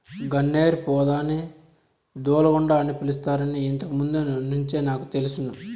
గన్నేరు పొదని దూలగుండ అని పిలుస్తారని ఇంతకు ముందు నుంచే నాకు తెలుసును